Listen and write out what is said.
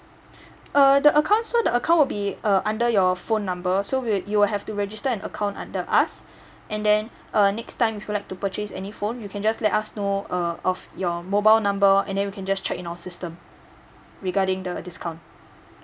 uh the account so the account would be uh under your phone number so we will you will have to register an account under us and then uh next time if you'd like to purchase any phone you can just let us know err of your mobile number and then we can just check in our system regarding the discount